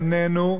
הם נהנו,